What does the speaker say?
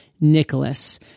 Nicholas